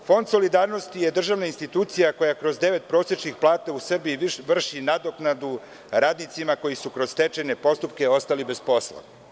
Fond solidarnosti je državna institucija koja kroz devet prosečnih plata u Srbiji vrši nadoknadu radnicima koji su kroz stečajne postupke ostali bez posla.